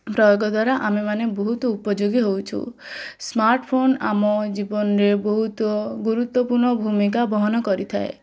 ପ୍ରୋୟଗ ଦ୍ଵାରା ଆମେ ମାନେ ବହୁତ ଉପଯୋଗୀ ହେଉଛୁ ସ୍ମାର୍ଟ୍ଫୋନ୍ ଆମ ଜୀବନରେ ବହୁତ ଗୁରୁତ୍ଵପୂର୍ଣ୍ଣ ଭୂମିକା ବହନ କରିଥାଏ